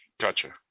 Gotcha